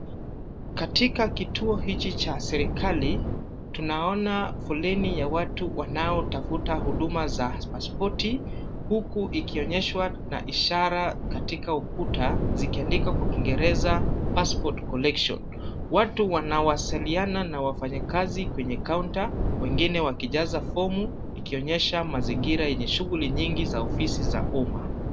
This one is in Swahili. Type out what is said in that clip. Katika kituo hichi cha serekali, tunaona foleni ya watu wanaotafuta huduma za pasipoti huku ikionyeshwa na ishara katika ukuta zikiandikwa kwa kiingereza Passport Collection . Watu wanawasiliana na wafanyikazi kwenye kaunta wengine wakijaza fomu ikionyesha mazingira yenye shughuli nyingi za ofisi za umma.